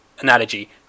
analogy